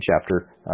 chapter